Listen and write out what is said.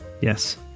Yes